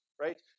right